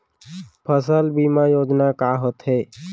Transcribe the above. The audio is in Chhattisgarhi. फसल बीमा योजना का होथे?